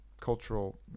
cultural